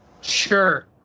Sure